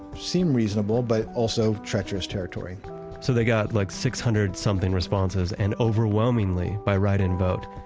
seemed reasonable but also treacherous territory so, they got like six hundred something responses and overwhelmingly by write-in vote,